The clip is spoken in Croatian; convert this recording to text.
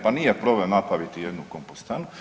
Pa nije problem napraviti jednu kompostanu.